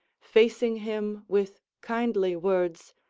facing him with kindly words,